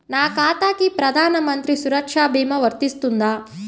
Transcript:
నా ఖాతాకి ప్రధాన మంత్రి సురక్ష భీమా వర్తిస్తుందా?